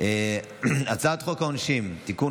הצעת חוק העונשין (תיקון,